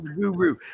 Guru